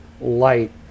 light